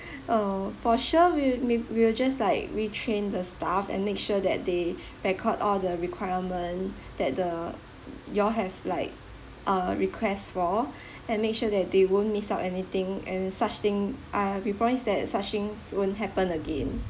uh for sure we'll ma~ we'll just like retrain the staff and make sure that they record all the requirement that the you'll have like uh request for and make sure that they won't miss out anything and such thing ah revise that such things won't happen again